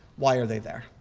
why are they there?